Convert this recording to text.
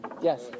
Yes